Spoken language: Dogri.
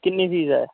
किन्नी फीस ऐ